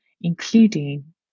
including